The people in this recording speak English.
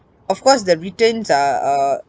of course the returns uh uh